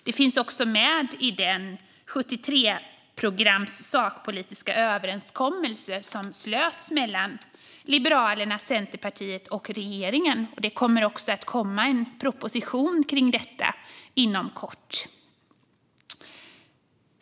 Detta finns med i den sakpolitiska överenskommelse med 73 punkter som slutits mellan Liberalerna, Centerpartiet och regeringen. Det kommer också en proposition om detta inom kort.